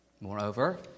Moreover